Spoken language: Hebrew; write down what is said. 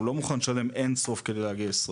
הוא לא מוכן לשלם אין סוף כדי להגיע לישראל.